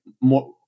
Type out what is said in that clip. more